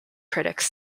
critics